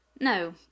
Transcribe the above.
no